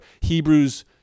Hebrews